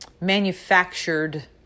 manufactured